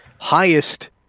highest